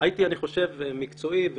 אני חושב שהייתי מקצועי,